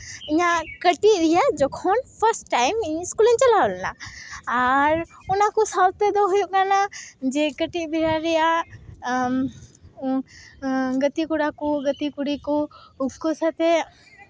ᱤᱧᱟᱜ ᱠᱟᱹᱴᱤᱡ ᱨᱮᱭᱟᱜ ᱡᱚᱠᱷᱚᱱ ᱤᱧ ᱯᱷᱟᱴ ᱴᱟᱭᱤᱢ ᱤᱧ ᱤᱥᱠᱩᱞ ᱤᱧ ᱪᱟᱞᱟᱣ ᱞᱮᱱᱟ ᱟᱨ ᱚᱱᱟ ᱠᱚ ᱥᱟᱶᱛᱮ ᱫᱚ ᱦᱩᱭᱩᱜ ᱠᱟᱱᱟ ᱡᱮ ᱠᱟᱹᱴᱤᱡ ᱵᱮᱲᱟ ᱨᱮᱭᱟᱜ ᱜᱟᱛᱮ ᱠᱚᱲᱟ ᱠᱚ ᱜᱟᱛᱮ ᱠᱩᱲᱤ ᱠᱚ ᱩᱱᱠᱩ ᱥᱟᱛᱮᱜ